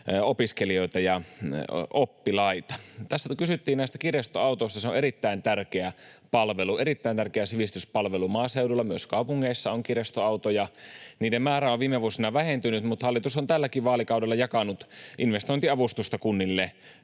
opiskelijoita ja oppilaita. Tässä kun kysyttiin näistä kirjastoautoista: Se on erittäin tärkeä palvelu, erittäin tärkeä sivistyspalvelu maaseudulla, ja myös kaupungeissa on kirjastoautoja. Niiden määrä on viime vuosina vähentynyt, mutta hallitus on tälläkin vaalikaudella jakanut investointiavustusta kunnille